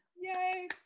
Yay